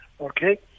Okay